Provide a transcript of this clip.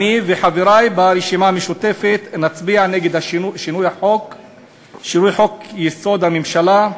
אני וחברי ברשימה המשותפת נצביע נגד שינוי חוק-יסוד: הממשלה,